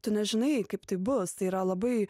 tu nežinai kaip tai bus tai yra labai